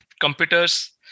computers